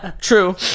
True